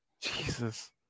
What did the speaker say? Jesus